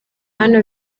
hano